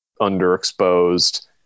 underexposed